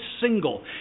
single